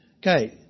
Okay